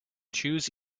choose